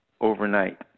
overnight